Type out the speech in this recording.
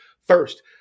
first